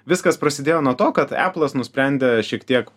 viskas prasidėjo nuo to kad eplas nusprendė šiek tiek